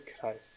Christ